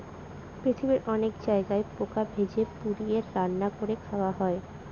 পৃথিবীর অনেক জায়গায় পোকা ভেজে, পুড়িয়ে, রান্না করে খাওয়া হয়